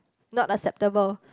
not acceptable